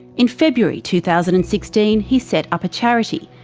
in february two thousand and sixteen he set up a charity,